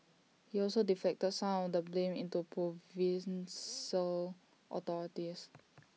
he also deflected some of the blame into provincial authorities